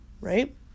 right